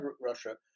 Russia